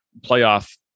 playoff